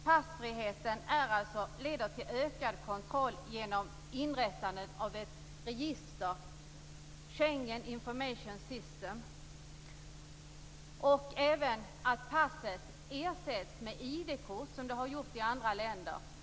Passfriheten leder till ökad kontroll genom inrättandet av ett register, Schengen Information System. Vidare ersätts passen med ID-kort, som de har gjort i andra länder.